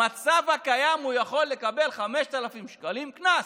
במצב הקיים הוא יכול לקבל 5,000 שקלים קנס,